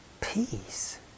peace